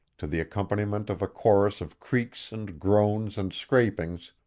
to the accompaniment of a chorus of creaks and groans and scrapings,